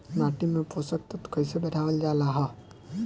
माटी में पोषक तत्व कईसे बढ़ावल जाला ह?